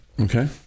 Okay